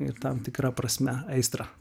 į tam tikra prasme aistrą